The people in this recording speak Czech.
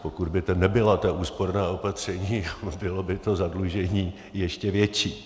Pokud by nebyla ta úsporná opatření, bylo by to zadlužení ještě větší.